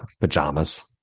pajamas